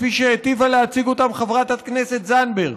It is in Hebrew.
כפי שהיטיבה להציג אותם חברת הכנסת זנדברג,